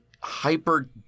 hyper